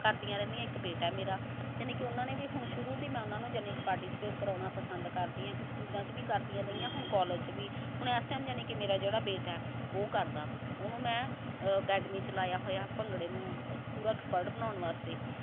ਕਰਦੀਆਂ ਰਹਿੰਦੀਆਂ ਇੱਕ ਬੇਟਾ ਮੇਰਾ ਯਾਨੀ ਕਿ ਉਹਨਾਂ ਨੇ ਵੀ ਹੁਣ ਸ਼ੁਰੂ ਤੋਂ ਹੀ ਮੈਂ ਉਹਨਾਂ ਨੂੰ ਯਾਨੀ ਕਿ ਪਾਰਟੀਸਪੇਟ ਕਰਾਉਣਾ ਪਸੰਦ ਕਰਦੀ ਆ ਕਿ ਸਕੂਲਾਂ 'ਚ ਵੀ ਕਰਦੀਆਂ ਰਹੀਆਂ ਹੁਣ ਕਾਲਜ 'ਚ ਵੀ ਹੁਣ ਇਸ ਟਾਈਮ ਯਾਨੀ ਕਿ ਮੇਰਾ ਜਿਹੜਾ ਬੇਟਾ ਉਹ ਕਰਦਾ ਉਹਨੂੰ ਮੈਂ ਅਕੈਡਮੀ 'ਚ ਲਾਇਆ ਹੋਇਆ ਭੰਗੜੇ ਨੂੰ ਪੂਰਾ ਐਕਸਪਰਟ ਬਣਾਉਣ ਵਾਸਤੇ